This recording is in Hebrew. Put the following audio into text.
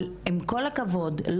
אבל עם כל הכבוד,